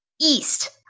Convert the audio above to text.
east